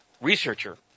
researcher